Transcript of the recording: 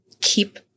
keep